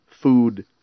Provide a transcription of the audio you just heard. food